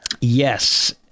Yes